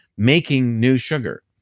making new sugar.